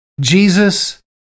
Jesus